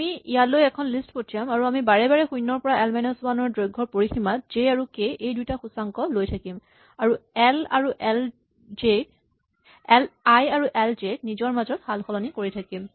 আমি ইয়ালৈ এখন লিষ্ট পঠিয়াম আৰু আমি বাৰে বাৰে শূণ্যৰ পৰা এল মাইনাচ ৱান ৰ দৈৰ্ঘ্যৰ পৰিসীমাত জে আৰু কে এই দুটা সূচাংক লৈ থাকিম আৰু এল আই আৰু এল জে ক নিজৰ মাজত সালসলনি কৰি থাকিম